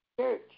church